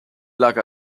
lag